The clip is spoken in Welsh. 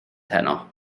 heno